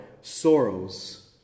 sorrows